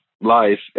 life